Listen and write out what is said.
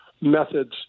methods